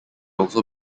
also